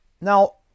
Now